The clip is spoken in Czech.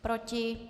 Proti?